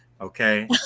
okay